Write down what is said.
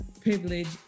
privilege